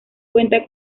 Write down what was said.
cuenta